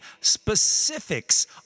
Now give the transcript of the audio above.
specifics